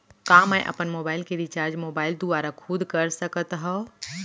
का मैं अपन मोबाइल के रिचार्ज मोबाइल दुवारा खुद कर सकत हव?